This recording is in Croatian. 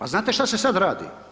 A znate šta se sad radi?